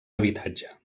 habitatge